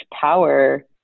power